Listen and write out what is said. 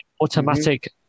automatic